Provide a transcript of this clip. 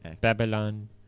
Babylon